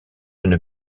une